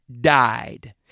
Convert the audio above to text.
died